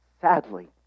sadly